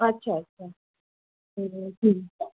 अच्छा अच्छा ठीक